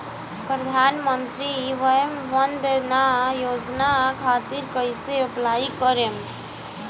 प्रधानमंत्री वय वन्द ना योजना खातिर कइसे अप्लाई करेम?